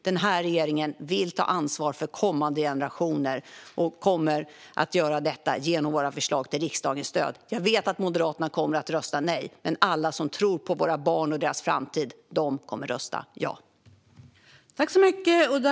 Denna regering vill ta ansvar för kommande generationer och kommer att med riksdagens stöd göra det genom våra förslag. Jag vet att Moderaterna kommer att rösta nej, men alla som tror på våra barn och deras framtid kommer att rösta ja.